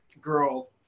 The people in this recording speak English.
girl